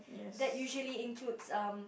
that usually includes um